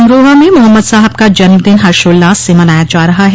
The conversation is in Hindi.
अमरोहा में मोहम्मद साहब का जन्मदिन हर्षोल्लास से मनाया जा रहा है